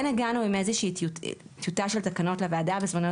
כן הגענו עם איזו שהיא טיוטה של תקנות לוועדה בזמנו,